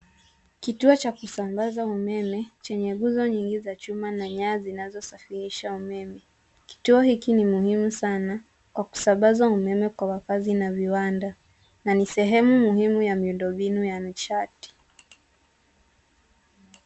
Kituo cha kusambaza umeme, chenye nguzo nyingi za chuma, na nyaya zinazosafirisha umeme. Kituo hiki ni muhimu sana, kwa kusambaza umeme kwa wakazi na viwanda, na ni sehemu muhimu ya miundo mbinu ya nishati.